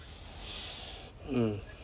mm